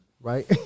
Right